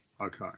okay